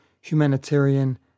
humanitarian